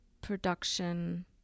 production